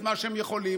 את מה שהם יכולים,